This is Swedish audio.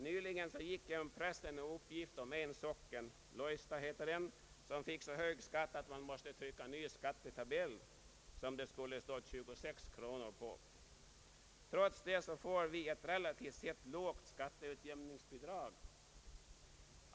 Nyligen gick genom pressen en uppgift om en socken, Lojsta, som fick så hög skatt att man måste trycka ny skattetabell som det skulle stå 26 kronor på. Trots detta får vi ett relativt sett lågt skatteutjämningsbidrag.